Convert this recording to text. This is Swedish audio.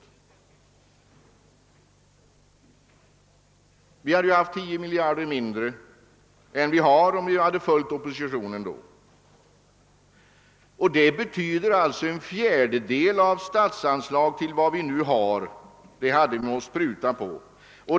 Vi skulle ha haft 10 miljarder mindre i statskassan, om vi hade följt oppositionen då, och vi skulle ha behövt pruta en fjärdedel av de statsanslag som nu utgår.